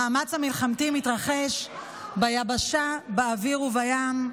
המאמץ המלחמתי מתרחש ביבשה, באוויר ובים,